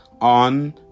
on